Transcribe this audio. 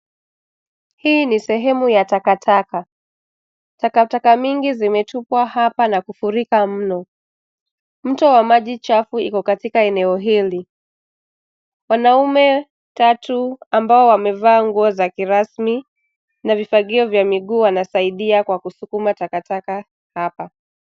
Hii ni sehemu ya takataka. Takataka mingi zimetupwa hapa na kufurika mno. Mto wa maji chafu iko katika eneo hili. Wanaume tatu ambao wamevaa nguo za kirasmi na vifagio vya miguu wanasaidia kwa kusukuma takataka hapa.